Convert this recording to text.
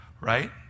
Right